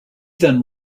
then